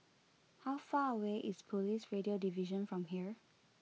how far away is Police Radio Division from here